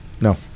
No